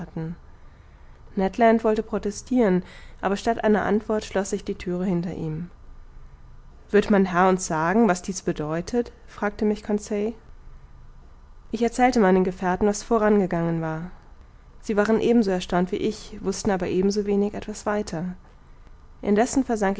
ned land wollte protestiren aber statt einer antwort schloß sich die thüre hinter ihm wird mein herr uns sagen was dies bedeutet fragte mich conseil ich erzählte meinen gefährten was vorgegangen war sie waren ebenso erstaunt wie ich wußten aber ebenso wenig etwas weiter indessen